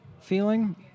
feeling